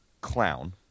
clown